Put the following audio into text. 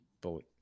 bullet